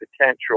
potential